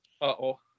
Uh-oh